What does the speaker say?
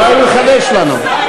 אולי הוא יחדש לנו.